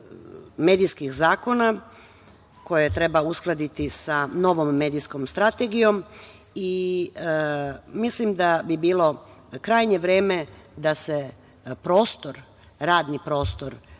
medijskih zakona koje treba uskladiti sa novom medijskom strategijom. Mislim da bi bilo krajnje vreme da se radni prostor